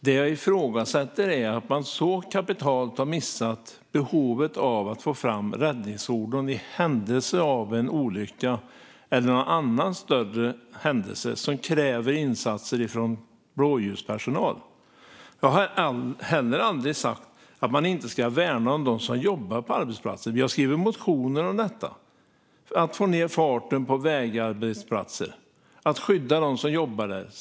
Det jag ifrågasätter är att man så kapitalt har missat behovet av att få fram räddningsfordon i händelse av en olycka eller en annan större händelse som kräver insatser från blåljuspersonal. Jag har heller aldrig sagt att man inte ska värna om dem som jobbar på arbetsplatsen. Vi har skrivit motioner om detta - att få ned farten på vägarbetsplatser för att skydda dem som jobbar där.